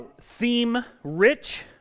theme-rich